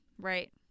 Right